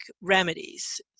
remedies